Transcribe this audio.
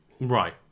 Right